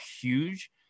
huge